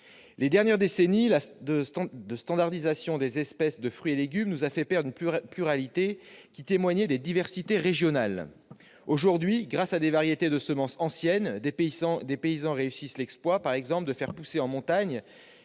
Les dernières décennies de standardisation des espèces de fruits et légumes nous ont fait perdre une pluralité qui témoignait des diversités régionales. Aujourd'hui, grâce à des variétés de semences anciennes, des paysans réussissent l'exploit de faire pousser en montagne